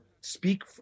speak